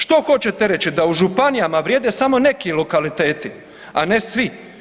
Što hoćete reći, da u županijama vrijede samo neki lokaliteti, a ne svi?